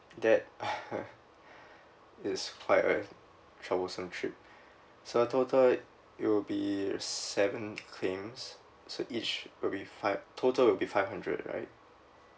that it's quite a troublesome trip so total it will be seven claims so each will be five total will be five hundred right